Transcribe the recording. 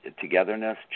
togetherness